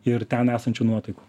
ir ten esančių nuotaikų